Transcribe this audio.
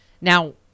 Now